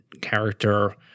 character